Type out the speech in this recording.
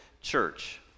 church